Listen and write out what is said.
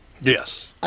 Yes